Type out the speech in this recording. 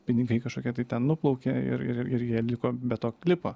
pinigai kažkokie tai ten nuplaukė ir ir ir jie liko be to klipo